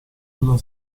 della